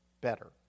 better